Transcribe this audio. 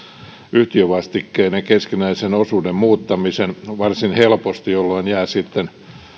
yhtiövastikkeiden keskinäisen osuuden muuttamisen varsin helposti jolloin jää sitten